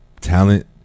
talent